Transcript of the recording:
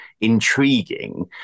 intriguing